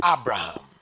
Abraham